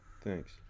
Thanks